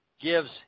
gives